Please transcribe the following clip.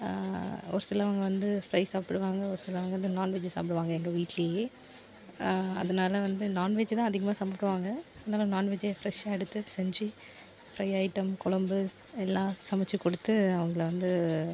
ஒரு சிலவங்க வந்து தயிர் சாப்பிடுவாங்க ஒரு சிலவங்க வந்து நான்வெஜி சாப்பிடுவாங்க எங்கள் வீட்லையே அதனால வந்து நான்வெஜிதான் அதிகமாக சமக்குவாங்க அதனால நான்வெஜ்ஜே ஃப்ரெஷ்ஷாக எடுத்து செஞ்சு ஃப்ரை ஐட்டம் குலம்பு எல்லா சமைச்சிக் கொடுத்து அவங்கள வந்து